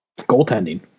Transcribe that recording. Goaltending